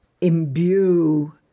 imbue